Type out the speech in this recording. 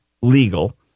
legal